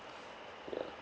ya